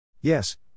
Yes